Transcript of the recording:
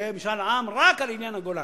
יהיה משאל עם רק על עניין הגולן.